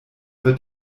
wird